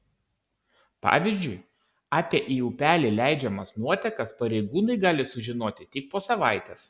pavyzdžiui apie į upelį leidžiamas nuotekas pareigūnai gali sužinoti tik po savaitės